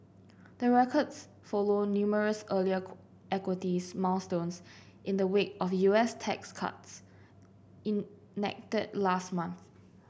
the records follow numerous earlier equities milestones in the wake of U S tax cuts enacted last month